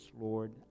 Lord